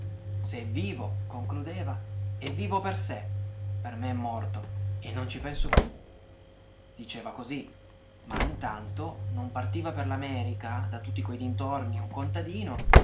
è vivo concludeva è vivo per sé per me è morto e non ci penso più diceva così ma intanto non partiva per l'america da tutti quei dintorni un contadino